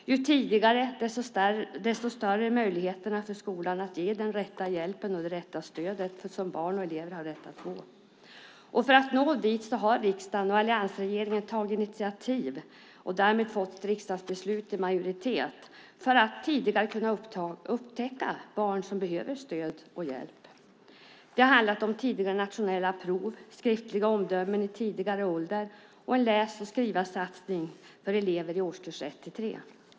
Ju tidigare, desto större är möjligheterna för skolan att ge den rätta hjälpen och det rätta stödet som barn och elever har rätt att få. För att nå dit har alliansregeringen tagit initiativ för att tidigare kunna upptäcka barn som behöver stöd och hjälp och fått ett majoritetsbeslut i riksdagen för det. Det har handlat om tidigare nationella prov, skriftliga omdömen vid tidigare ålder och en läs och skrivarsatsning för elever i årskurs 1-3.